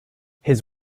his